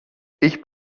ich